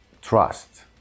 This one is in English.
trust